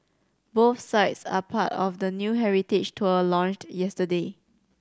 both sites are part of a new heritage tour launched yesterday